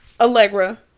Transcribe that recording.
Allegra